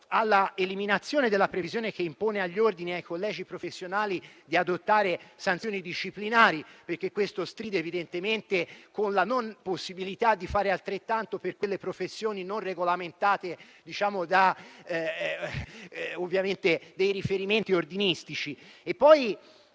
all'eliminazione della previsione che impone agli ordini e ai collegi professionali di adottare sanzioni disciplinari, perché questo stride evidentemente con la mancata possibilità di fare altrettanto per le professioni non regolamentate da riferimenti ordinistici;